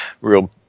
real